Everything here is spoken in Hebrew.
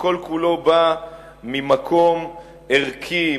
שכל-כולו בא ממקום ערכי,